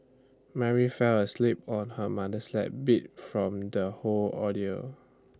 Mary fell asleep on her mother's lap beat from the whole ordeal